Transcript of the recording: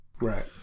Right